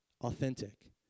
authentic